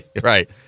Right